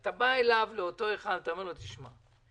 אתה בא אל אותו אדם ואומר לו: תשמע,